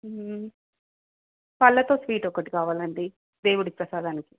పళ్ళతో స్వీట్ ఒకటి కావాలండి దేవుడి ప్రసాదానికి